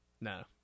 No